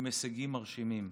עם הישגים מרשימים.